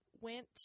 went